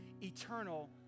eternal